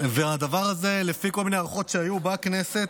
הדבר הזה, לפי כל מיני הערכות שהיו בכנסת,